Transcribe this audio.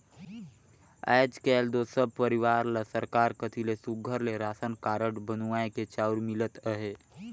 आएज काएल दो सब परिवार ल सरकार कती ले सुग्घर ले रासन कारड बनुवाए के चाँउर मिलत अहे